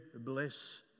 bless